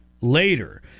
later